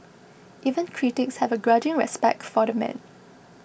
even critics have a grudging respect for the man